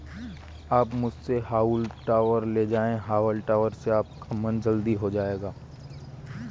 आप मुझसे हॉउल टॉपर ले जाएं हाउल टॉपर से आपका काम जल्दी हो जाएगा